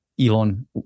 Elon